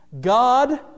God